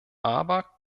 aber